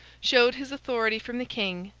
showed his authority from the king,